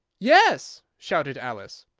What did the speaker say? yes! shouted alice.